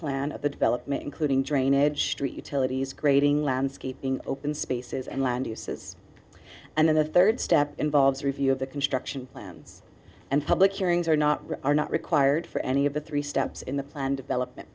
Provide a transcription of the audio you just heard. of the development including drainage street to ladies grading landscaping open spaces and land uses and then the third step involves a review of the construction plans and public hearings are not are not required for any of the three steps in the plan development